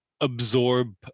absorb